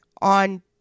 on